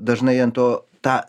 dažnai ant to tą